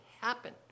happen